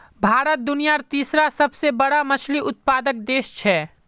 भारत दुनियार तीसरा सबसे बड़ा मछली उत्पादक देश छे